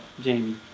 Jamie